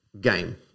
game